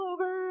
over